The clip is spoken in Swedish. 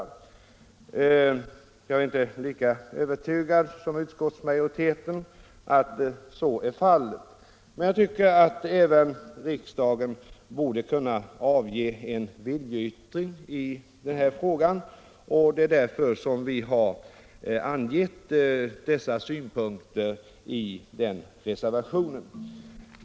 Jag är inte lika övertygad som utskottsmajoriteten om att så är fallet. Men jag tycker att även riksdagen borde kunna avge en viljeyttring i frågan, och det är därför vi har angett våra synpunkter i reservationen.